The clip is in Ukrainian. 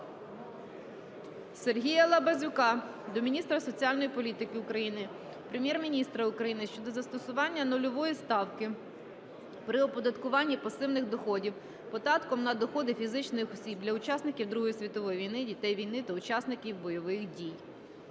Сергія Лабазюка до міністра соціальної політики України, Прем'єр-міністра України щодо застосування нульової ставки при оподаткуванні пасивних доходів податком на доходи фізичних осіб для учасників Другої світової війни, дітей війни та учасників бойових дій.